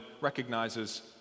recognizes